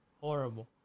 Horrible